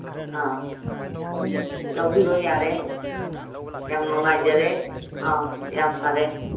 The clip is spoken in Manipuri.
ꯑꯥ ꯂꯧꯕꯤꯔꯣ ꯌꯥꯔꯦ ꯌꯥꯝ ꯅꯨꯡꯉꯥꯏꯖꯔꯦ ꯑꯧ ꯌꯥꯝ ꯐꯔꯦ